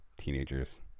teenagers